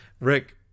Rick